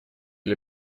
для